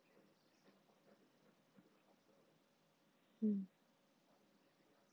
mm